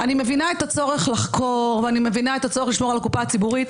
אני מבינה את הצורך לחקור ואת הצורך לשמור על הקופה הציבורית,